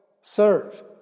serve